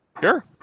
Sure